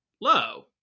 low